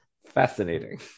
fascinating